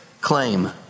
claim